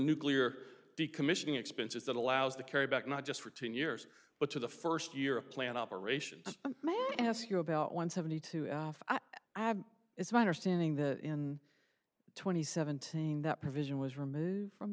nuclear decommissioning expenses that allows the carry back not just for ten years but to the first year of plan operations and ask you about one seventy two it's my understanding that in twenty seventeen that provision was removed from